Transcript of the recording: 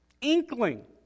inkling